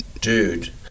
dude